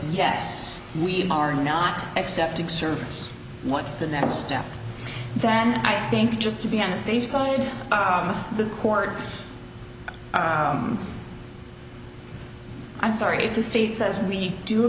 yes we are not accepting surfer's what's the next step then i think just to be on the safe side would the court i'm sorry it's a state says we do